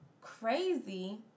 crazy